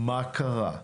מה קרה?